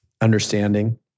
understanding